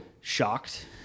shocked